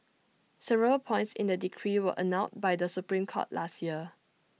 several points in the decree were annulled by the Supreme court last year